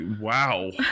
wow